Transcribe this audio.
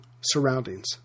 surroundings